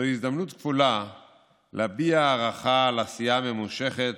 זו הזדמנות כפולה להביע הערכה על עשייה ממושכת